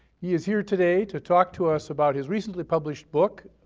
he is here today to talk to us about his recently published book,